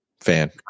fan